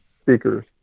speakers